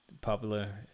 popular